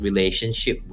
Relationship